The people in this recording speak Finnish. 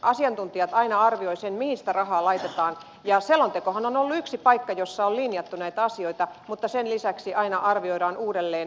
asiantuntijat aina arvioivat sen mihin sitä rahaa laitetaan ja selontekohan on ollut yksi paikka jossa on linjattu näitä asioita mutta sen lisäksi aina arvioidaan uudelleen